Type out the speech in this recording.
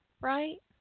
right